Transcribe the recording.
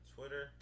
Twitter